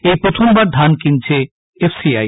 এই প্রখমবার ধান কিনছে এফ সি আই